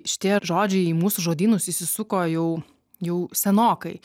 šitie žodžiai į mūsų žodynus įsisuko jau jau senokai